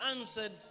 answered